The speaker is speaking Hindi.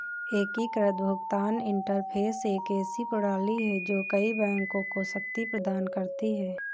एकीकृत भुगतान इंटरफ़ेस एक ऐसी प्रणाली है जो कई बैंकों को शक्ति प्रदान करती है